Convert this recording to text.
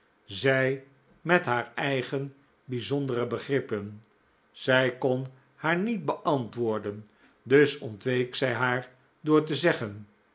zij met haar eigen bijzondere begrippen zij kon haar niet beantwoorden dus ontweek zij haar door te zeggen